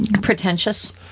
Pretentious